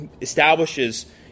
establishes